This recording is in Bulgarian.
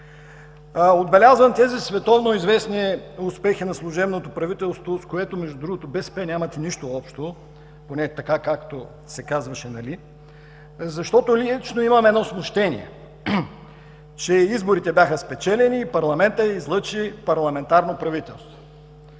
Отбелязвам тези „световноизвестни успехи“ на служебното правителство, с което, между другото, БСП нямате нищо общо, поне така се казваше, защото лично имам едно смущение, че изборите бяха спечелени и парламентът излъчи парламентарно правителство.